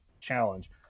challenge